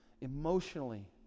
Emotionally